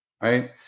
right